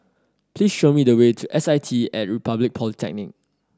please show me the way to S I T At Republic Polytechnic